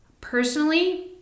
personally